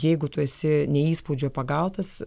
jeigu tu esi ne įspūdžio pagautas